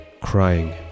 crying